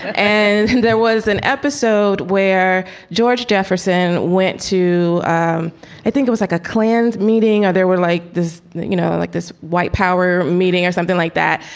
and there was an episode where george jefferson went to i think it was like a klan meeting or there were like this, you know, like this white power meeting or something like that.